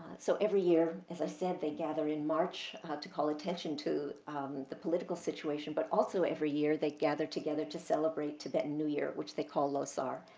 so, every year, as i said, they gather in march to call attention to the political situation, but also every year, they gather together to celebrate tibetan new year, which they call losar.